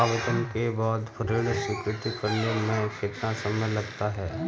आवेदन के बाद ऋण स्वीकृत करने में कितना समय लगता है?